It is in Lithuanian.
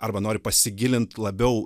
arba nori pasigilint labiau